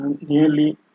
nearly